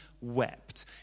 wept